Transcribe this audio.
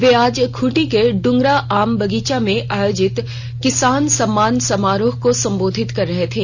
वे आज खूंटी के डुंगरा आम बगीचा में आयोजित किसान सम्मान समारोह को संबोधित कर रहे थे